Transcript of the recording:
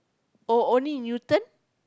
oh only Newton